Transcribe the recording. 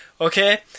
Okay